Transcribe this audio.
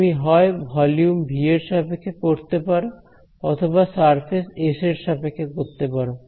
তুমি হয় volume V এর সাপেক্ষে করতে পারো অথবা সারফেস এস এর সাপেক্ষে করতে পারো